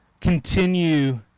continue